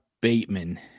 Bateman